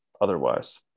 otherwise